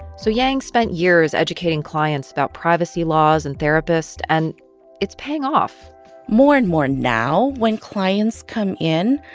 so yang spent years educating clients about privacy laws and therapists, and it's paying off more and more now, when clients come in,